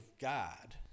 God